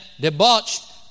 debauched